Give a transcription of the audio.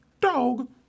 dog